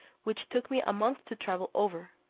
which took me a month to travel over,